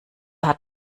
hat